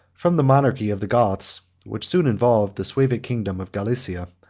from the monarchy of the goths, which soon involved the suevic kingdom of gallicia,